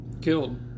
Killed